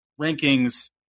rankings